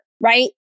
right